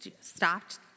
stopped